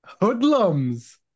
hoodlums